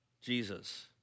Jesus